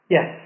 Yes